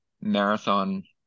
marathon